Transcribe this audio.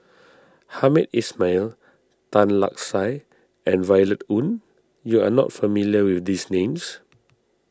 Hamed Ismail Tan Lark Sye and Violet Oon you are not familiar with these names